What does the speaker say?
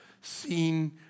seen